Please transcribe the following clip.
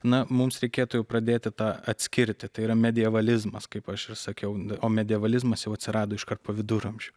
na mums reikėtų jau pradėti tą atskirti tai yra medievalizmas kaip aš ir sakiau o medievalizmas jau atsirado iškart po viduramžių